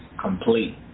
complete